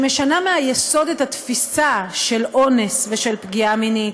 שמשנה מהיסוד את התפיסה של אונס ושל פגיעה מינית,